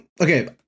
Okay